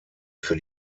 für